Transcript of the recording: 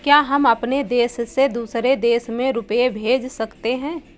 क्या हम अपने देश से दूसरे देश में रुपये भेज सकते हैं?